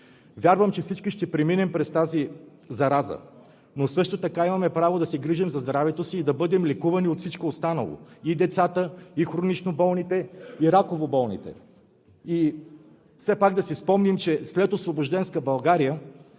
Вярвам, че всички ще преминем през тази зараза, но също така имаме право да се грижим за здравето си и да бъдем лекувани от всичко останало – и децата, и хронично болните, и раково болните. Все пак да си спомним, че следосвобожденска България,